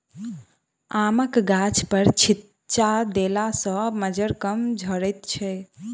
आमक गाछपर छिच्चा देला सॅ मज्जर कम झरैत छै